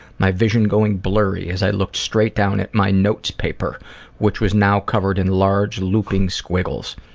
my vision going blurry as i looked straight down at my notes paper which was now covered in large looping squiggles.